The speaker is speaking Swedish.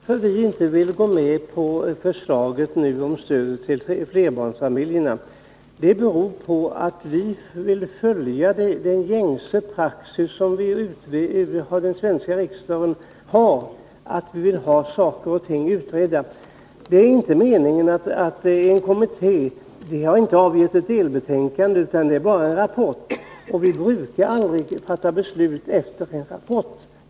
Herr talman! Att vi nu inte vill gå med på förslaget om stödet till flerbarnsfamiljerna beror på att vi vill följa gängse praxis i den svenska riksdagen och först utreda saker och ting. Kommittén har inte avgivit ett delbetänkande utan bara en rapport, och vi brukar aldrig fatta beslut efter en rapport.